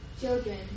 Children